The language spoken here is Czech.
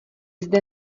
zde